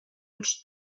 els